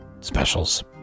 specials